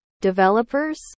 developers